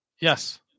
Yes